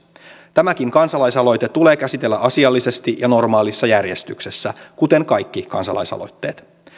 tämäkin kansalaisaloite tulee käsitellä asiallisesti ja normaalissa järjestyksessä kuten kaikki kansalaisaloitteet